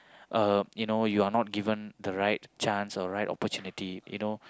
um you know you are not given the right chance or right opportunity